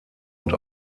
und